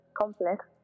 complex